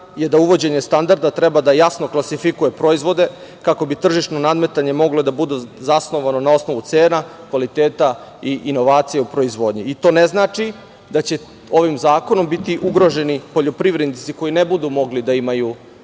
je da uvođenje standarda treba da jasno klasifikuje proizvode kako bi tržišno nadmetanje moglo da bude zasnovano na osnovu cena, kvaliteta i inovacija u proizvodnji. To ne znači da će ovim zakonom biti ugroženi poljoprivrednici koji ne budu mogli da imaju